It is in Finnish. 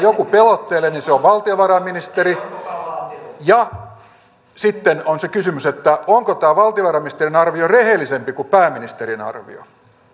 joku pelottelee niin se on valtiovarainministeri sitten on se kysymys onko tämä valtiovarainministerin arvio rehellisempi kuin pääministerin arvio